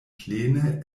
plene